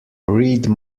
read